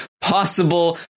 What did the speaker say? possible